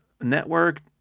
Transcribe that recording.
Network